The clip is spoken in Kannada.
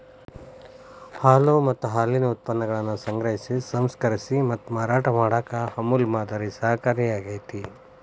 ಹಾಲು ಮತ್ತ ಹಾಲಿನ ಉತ್ಪನ್ನಗಳನ್ನ ಸಂಗ್ರಹಿಸಿ, ಸಂಸ್ಕರಿಸಿ ಮತ್ತ ಮಾರಾಟ ಮಾಡಾಕ ಅಮೂಲ್ ಮಾದರಿ ಸಹಕಾರಿಯಾಗ್ಯತಿ